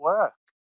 Work